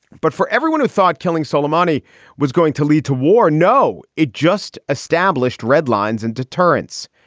but for everyone who thought killing suleimani was going to lead to war, no, it just established red lines and deterrence.